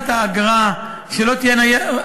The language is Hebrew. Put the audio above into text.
הנחיה לאסור גביית כסף כזה?